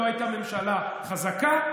לא הייתה ממשלה חזקה,